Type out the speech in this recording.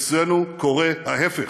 אצלנו קורה ההפך.